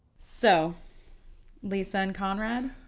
so lisa and konrad?